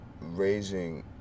raising